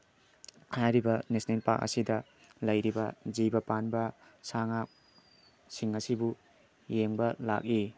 ꯍꯥꯏꯔꯤꯕ national park ꯑꯁꯤꯗ ꯂꯩꯔꯤꯕ ꯖꯤꯕ ꯄꯥꯟꯕ ꯁꯥ ꯉꯥꯁꯤꯡ ꯑꯁꯤꯕꯨ ꯌꯦꯡꯕ ꯂꯥꯛꯏ